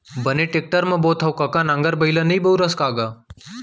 बने टेक्टर म बोथँव कका नांगर बइला नइ बउरस का गा?